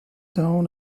down